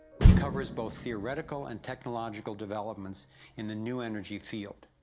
which covers both theoretical and technological developments in the new energy field.